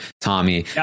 Tommy